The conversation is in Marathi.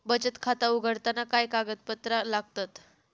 बचत खाता उघडताना काय कागदपत्रा लागतत?